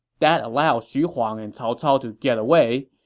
that allowed xu huang and cao cao to get away.